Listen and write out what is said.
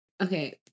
Okay